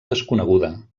desconeguda